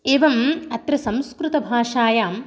एवम् अत्र संस्कृतभाषायां